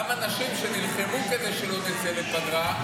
היו גם אנשים שנלחמו כדי שלא נצא לפגרה,